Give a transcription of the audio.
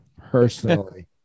personally